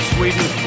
Sweden